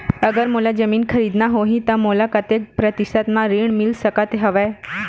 अगर मोला जमीन खरीदना होही त मोला कतेक प्रतिशत म ऋण मिल सकत हवय?